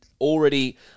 already